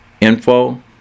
info